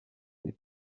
des